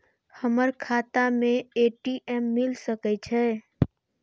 हमर खाता में ए.टी.एम मिल सके छै?